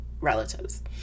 relatives